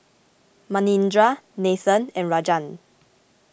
Manindra Nathan and Rajan